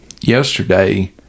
Yesterday